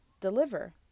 deliver